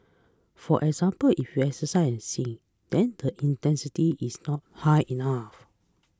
for example if you exercise sing then the intensity is not high enough